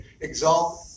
exalt